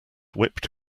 whipped